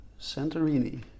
Santorini